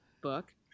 book